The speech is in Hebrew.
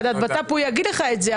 הוא יגיד לך את זה,